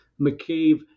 McCabe